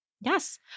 Yes